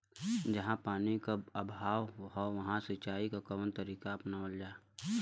जहाँ पानी क अभाव ह वहां सिंचाई क कवन तरीका अपनावल जा?